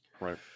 Right